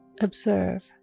Observe